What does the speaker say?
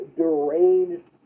deranged